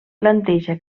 planteja